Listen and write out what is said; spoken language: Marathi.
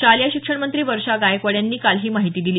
शालेय शिक्षणमंत्री वर्षा गायकवाड यांनी काल ही माहिती दिली